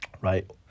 right